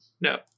No